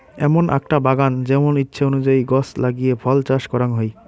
এমন আকটা বাগান যেমন ইচ্ছে অনুযায়ী গছ লাগিয়ে ফল চাষ করাং হই